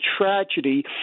tragedy